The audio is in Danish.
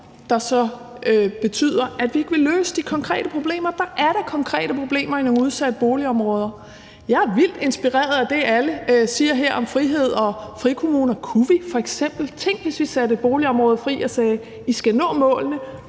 der så betyder, at vi ikke vil løse de konkrete problemer. Der er da konkrete problemer i nogle udsatte boligområder. Jeg er vildt inspireret af det, alle siger her om frihed og frikommuner. Tænk, hvis vi satte boligområder fri og sagde, at de skulle nå målene